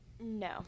No